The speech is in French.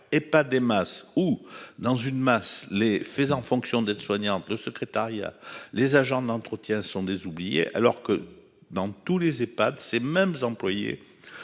et pas des masses ou dans une masse les faisant fonction d'aide-soignante le secrétariat, les agents d'entretien sont des oubliés alors que dans tous les Ehpad ces mêmes employés.